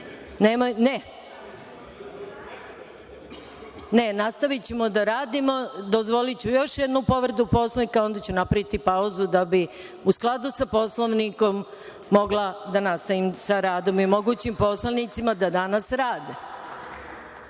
nastavićemo da radimo. Dozvoliću još jednu povredu Poslovnika, onda ću napraviti pauzu da bi u skladu sa Poslovnikom mogla da nastavim sa radom i omogućim poslanicima da danas rade. Reč